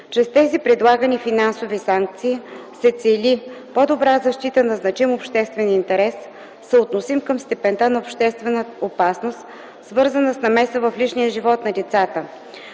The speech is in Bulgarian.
Чрез тези предлагани финансови санкции се цели по-добра защита на значим обществен интерес, съотносим към степента на обществена опасност, свързана с намеса в личния живот на децата.